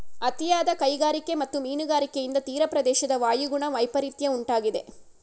ಅತಿಯಾದ ಕೈಗಾರಿಕೆ ಮತ್ತು ಮೀನುಗಾರಿಕೆಯಿಂದ ತೀರಪ್ರದೇಶದ ವಾಯುಗುಣ ವೈಪರಿತ್ಯ ಉಂಟಾಗಿದೆ